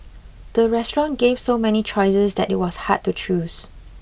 the restaurant gave so many choices that it was hard to choose